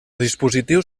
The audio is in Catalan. dispositius